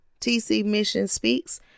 tcmissionspeaks